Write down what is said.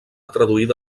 traduïda